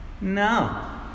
No